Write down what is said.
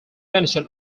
mention